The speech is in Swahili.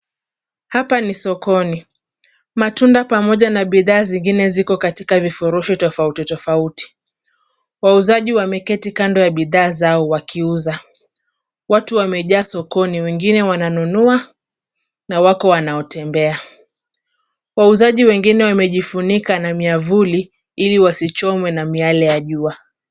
Hapa ni sokoni. Matunda pamoja na bidhaa zingine ziko katika vifurushi tofauti tofauti. Wauzaji wameketi kando ya bidhaa zao wakiuza. Watu wamejaa sokoni, wengine wananunua na wako wanaotembea. Wauzaji wengine wamejifunika na miavuli ili wasichomwe na miale ya jua.